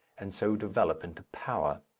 and so develop into power.